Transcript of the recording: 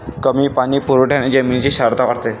कमी पाणी पुरवठ्याने जमिनीची क्षारता वाढते